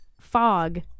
fog